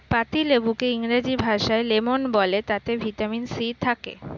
পাতিলেবুকে ইংরেজি ভাষায় লেমন বলে তাতে ভিটামিন সি থাকে